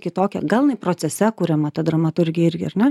kitokią gal jinai procese kuriama ta dramaturgija irgi ar ne